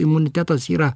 imunitetas yra